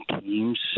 teams